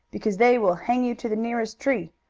because they will hang you to the nearest tree.